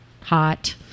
hot